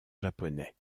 japonais